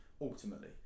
ultimately